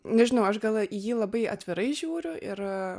nežinau aš gal į jį labai atvirai žiūriu ir